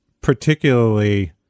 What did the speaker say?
particularly